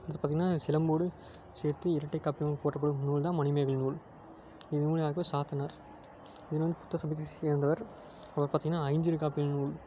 அடுத்து பார்த்தீங்கன்னா சிலம்போடு சேர்த்து இரட்டை காப்பியமாக போற்றப்படும் நூல் தான் மணிமேகலை நூல் இது நூல் யாருக்குனால் சாத்தனார் இவர் வந்து புத்த சமயத்தைச் சேர்ந்தவர் அவர் பார்த்தீங்கன்னா ஐஞ்சிறு காப்பிய நூல்